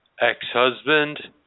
ex-husband